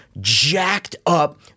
jacked-up